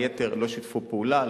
היתר לא שיתפו פעולה,